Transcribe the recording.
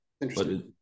Interesting